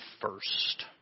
first